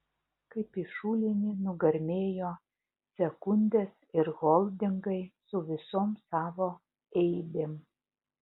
kaip į šulinį nugarmėjo sekundės ir holdingai su visom savo eibėm